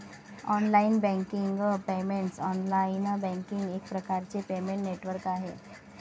online banking payments online banking एक प्रकारचे payment network आहे